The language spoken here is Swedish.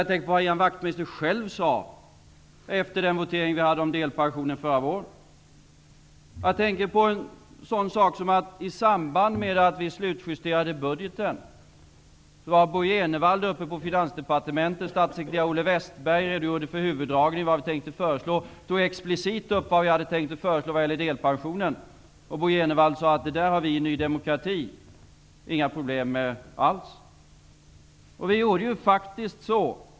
Jag tänker på vad Ian Wachtmeister själv sade efter den votering som vi hade om delpensionen förra våren. Jag tänker på en sådan sak som att Bo G Jenevall i samband med att budgeten slutjusterades förra hösten var uppe på Wästberg redogjorde för huvuddragen i vad regeringen tänkte föreslå, och han tog explicit upp vad vi tänkt föreslå vad gäller delpensionen. Bo G Jenevall sade då: Det har vi i Ny demokrati inte alls problem med.